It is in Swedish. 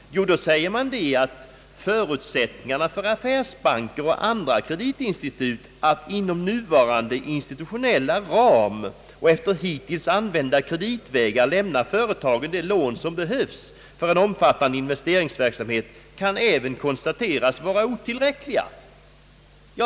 Jo, då säger man att förutsättningarna för affärsbankerna och andra kreditinstitut att inom nuvarande institutionella ram och efter hittills använda kreditvägar lämna företagen de lån som behövs för en omfattande investeringsverksamhet kan även konstateras vara otillräckliga.